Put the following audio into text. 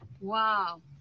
Wow